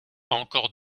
encore